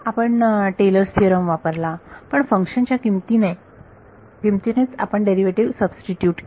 आपण Taylor's theorem Taylor's theorem वापरला पण फंक्शन च्या किंमतीने च आपण डेरिव्हेटिव्ह सबस्टिट्यूट केला